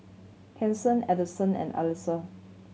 Kasen Addyson and Alesha